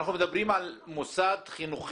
אנחנו מדברים על מוסד חינוכי.